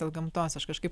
dėl gamtos aš kažkaip